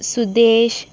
Sudesh